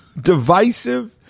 divisive